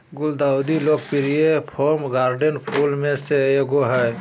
गुलदाउदी लोकप्रिय fall garden फूल में से एगो हइ